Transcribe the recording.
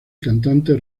cantante